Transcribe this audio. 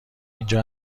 اینجا